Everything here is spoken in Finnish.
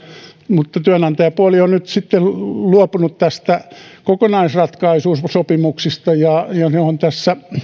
mutta työnantajapuoli on nyt sitten luopunut kokonaisratkaisusopimuksista ja ne ovat tässä